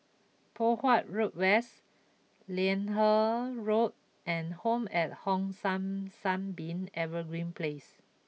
Poh Huat Road West Liane Road and Home at Hong San Sunbeam Evergreen Place